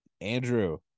Andrew